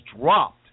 dropped